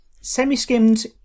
semi-skimmed